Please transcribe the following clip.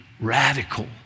radical